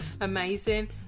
amazing